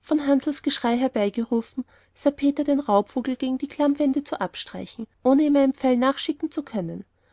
von hansls geschrei herbeigerufen sah peter den raubvogel gegen die klammwände zu abstreichen ohne ihm einen pfeil nachschicken zu können